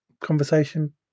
conversation